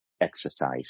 exercise